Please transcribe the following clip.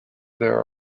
there